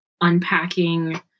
unpacking